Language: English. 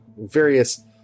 various